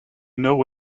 know